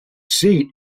seat